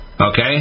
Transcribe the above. Okay